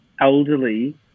elderly